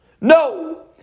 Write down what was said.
No